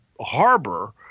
Harbor